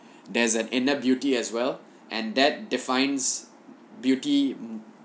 there's an inner beauty as well and that defines beauty